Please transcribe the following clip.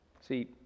See